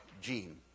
gene